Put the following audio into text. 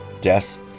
Death